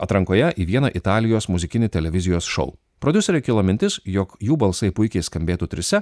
atrankoje į vieną italijos muzikinį televizijos šou prodiuseriui kilo mintis jog jų balsai puikiai skambėtų trise